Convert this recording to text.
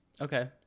okay